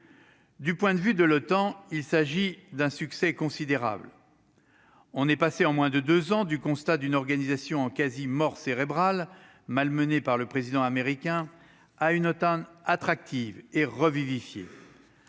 Du point de vue de l'OTAN, il s'agit d'un succès considérable, on est passé en moins de 2 ans du constat d'une organisation en quasi mort cérébrale malmené par le président américain a une OTAN attractive et revivifier